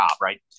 right